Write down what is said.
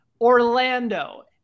Orlando